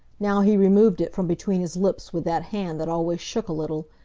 now he removed it from between his lips with that hand that always shook a little,